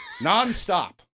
nonstop